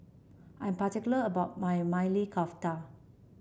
I am particular about my Maili Kofta